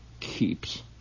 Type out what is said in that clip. keeps